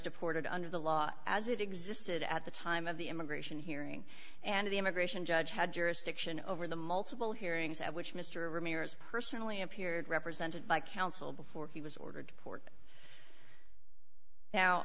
deported under the law as it existed at the time of the immigration hearing and the immigration judge had jurisdiction over the multiple hearings of which mr ramirez personally appeared represented by counsel before he was ordered court now